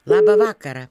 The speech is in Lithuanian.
labą vakarą